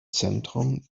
zentrum